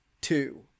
Two